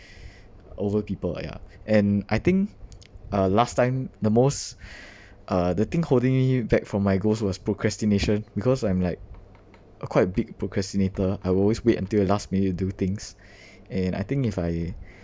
over people ya and I think uh last time the most uh the thing holding me back from my goals was procrastination because I'm like a quite a big procrastinator I will always wait until the last minute to do things and I think if I